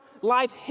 life